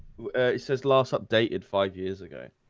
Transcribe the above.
he says last updated five years ago